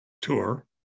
tour